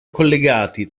collegati